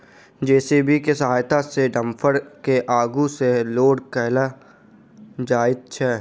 JCB के सहायता सॅ डम्फर के आगू सॅ लोड कयल जाइत छै